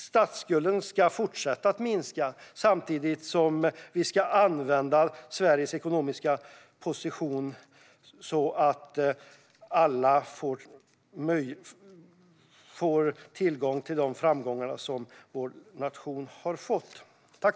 Statsskulden ska fortsätta att minska, samtidigt som vi ska använda Sveriges ekonomiska position så att alla får tillgång till vår nations framgångar.